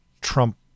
Trump